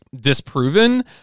disproven